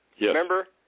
remember